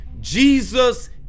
Jesus